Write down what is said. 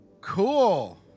cool